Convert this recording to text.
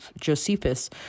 Josephus